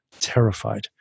terrified